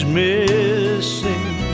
missing